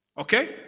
Okay